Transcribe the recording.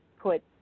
put